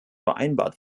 vereinbart